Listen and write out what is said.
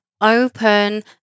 open